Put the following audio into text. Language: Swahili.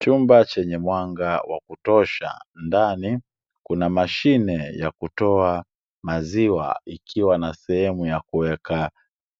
Chumba chenye mwanga wa kutosha, ndani kuna mashine ya kutoa maziwa, ikiwa na sehemu ya kuweka